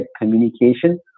communication